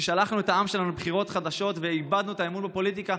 ששלחנו את העם שלנו לבחירות חדשות ואיבדנו את האמון בפוליטיקה,